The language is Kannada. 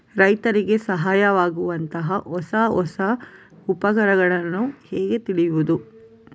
ರೈತರಿಗೆ ಸಹಾಯವಾಗುವಂತಹ ಹೊಸ ಹೊಸ ಉಪಕರಣಗಳನ್ನು ಹೇಗೆ ತಿಳಿಯುವುದು?